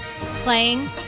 playing